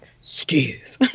Steve